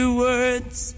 words